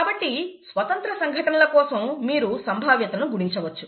కాబట్టి స్వతంత్ర సంఘటనల కోసం మీరు సంభావ్యతను గుణించవచ్చు